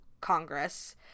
Congress